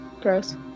Gross